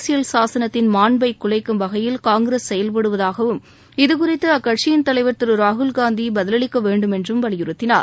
அரசியல் சாசனத்தின் மாண்பை குலைக்கும் வகையில் காங்கிரஸ் செயல்படுவதாகவும் இது குறித்து அக்கட்சியின் தலைவர் திரு ராகுல் காந்தி பதிலளிக்க வேண்டும் என்றும் வலியுறுத்தினார்